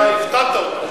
אתה הפתעת אותנו.